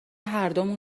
هردومون